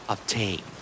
Obtain